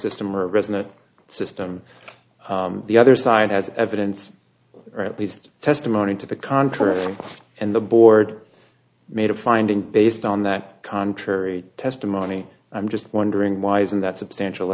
system or resin a system the other side has evidence or at least testimony to the contrary and the board made a finding based on that contrary testimony i'm just wondering why isn't that substantial